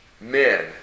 men